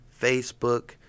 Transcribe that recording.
Facebook